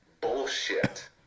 bullshit